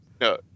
No